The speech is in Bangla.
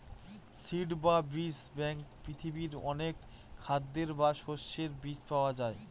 সিড বা বীজ ব্যাঙ্কে পৃথিবীর অনেক খাদ্যের বা শস্যের বীজ পাওয়া যায়